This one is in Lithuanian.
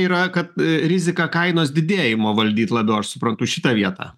yra kad rizika kainos didėjimo valdyt labiau aš suprantu šitą vietą